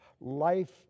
life